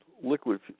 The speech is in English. liquid